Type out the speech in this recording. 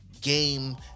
game